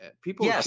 People